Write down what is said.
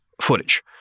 footage